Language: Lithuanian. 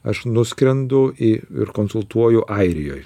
aš nuskrendu į ir konsultuoju airijoj